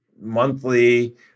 monthly